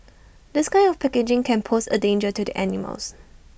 this kind of packaging can pose A danger to the animals